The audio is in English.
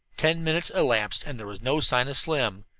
ten minutes elapsed and there was no sign of slim.